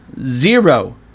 zero